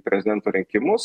prezidento rinkimus